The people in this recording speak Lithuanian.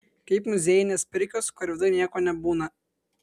kaip muziejinės pirkios kur viduj nieko nebūna